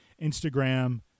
Instagram